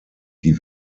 die